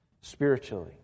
spiritually